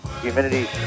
humidity